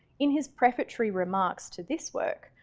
in his prefatory remarks to this work,